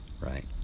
Right